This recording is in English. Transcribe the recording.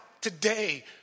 today